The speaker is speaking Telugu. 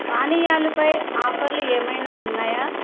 పానీయాలుపై ఆఫర్లు ఏమైనా ఉన్నాయా